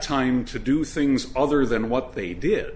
time to do things other than what they did